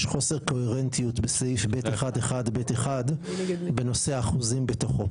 חוסר קוהרנטיות בסעיף (ב1)(1)(ב)(1) בנושא האחוזים בתוכו